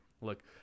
Look